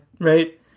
right